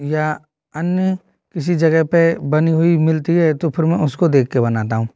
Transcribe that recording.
या अन्य किसी जगह पर बनी हुई मिलती है तो फिर मैं उसको देख के बनाता हूँ